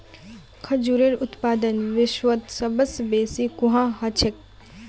खजूरेर उत्पादन विश्वत सबस बेसी कुहाँ ह छेक